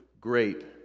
great